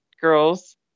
girls